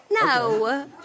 No